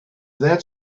that